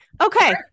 Okay